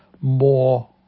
more